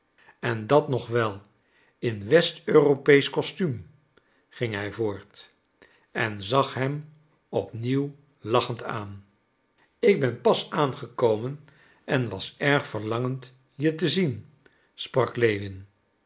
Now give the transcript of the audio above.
en dat nog wel in west europeesch costuum ging hij voort en zag hem op nieuw lachend aan ik ben pas aangekomen en was erg verlangend je te zien sprak